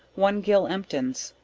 one gill emptins,